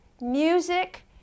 music